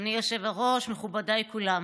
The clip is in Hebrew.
אדוני היושב-ראש, מכובדיי כולם,